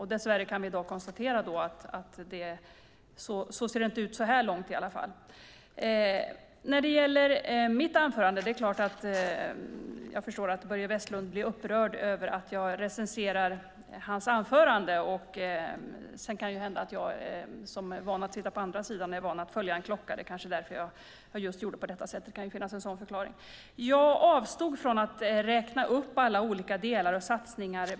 Dess värre kan vi i dag konstatera att så ser det inte ut så här långt, i alla fall. När det gäller mitt anförande är det klart att jag förstår att Börje Vestlund blir upprörd över att jag recenserar hans anförande. Det kan ju hända att jag, som är van att sitta på den andra sidan podiet, är van att följa en klocka. Det kanske var därför jag gjorde på detta sätt; det kan finnas en sådan förklaring. Jag avstod från att räkna upp alla olika delar och satsningar.